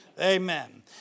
Amen